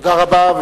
תודה רבה.